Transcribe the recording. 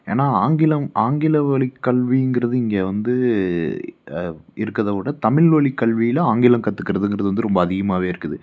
ஏனால் ஆங்கிலம் ஆங்கிலம் வழி கல்விங்கிறது இங்கே வந்து இருக்கறத விட தமிழ் வழி கல்வியில் ஆங்கிலம் கத்துக்கிறதுங்கிறது வந்து ரொம்ப அதிகமாகவே இருக்குது